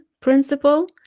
principle